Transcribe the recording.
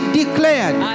declared